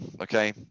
okay